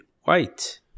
white